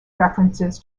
references